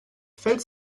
fällt